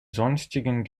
sonstigen